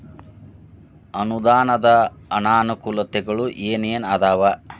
ಅನುದಾನದ್ ಅನಾನುಕೂಲತೆಗಳು ಏನ ಏನ್ ಅದಾವ?